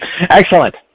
excellent